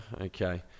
okay